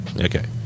Okay